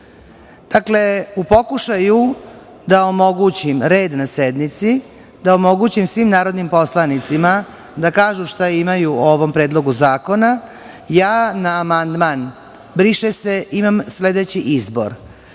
dakle, u pokušaju da omogućim red na sednici, da omogućim svim narodnim poslanicima da kažu šta imaju o ovom predlogu zakona, na amandman "briše se" imam sledeći izbor